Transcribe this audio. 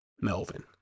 Melvin